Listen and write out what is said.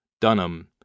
Dunham